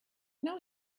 know